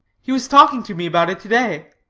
he was talking to me about it today.